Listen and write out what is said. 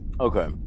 okay